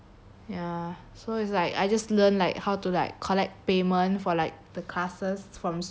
ya so it's like I just learn like how to like collect payment for like the classes from students